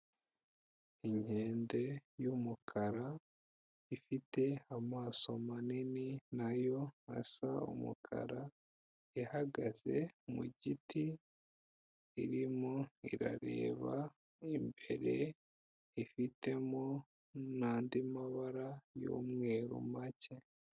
Inkende y'umukara ifite amaso manini na yo asa umukara, ihagaze mu giti, irimo irareba imbere, ifitemo n'andi mabara y'umweru make.